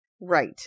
right